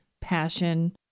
passion